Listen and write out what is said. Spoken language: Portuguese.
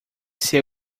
ser